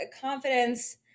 confidence